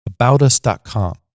AboutUs.com